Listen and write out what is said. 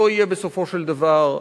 לא יהיו בסופו של דבר,